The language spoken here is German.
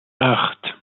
acht